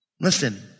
Listen